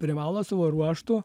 privalo savo ruožtu